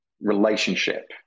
relationship